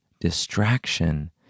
distraction